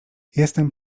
jestem